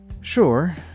Sure